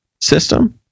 system